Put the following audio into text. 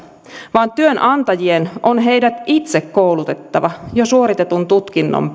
vaan työnantajien on heidät itse koulutettava jo suoritetun tutkinnon